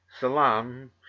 salam